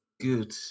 good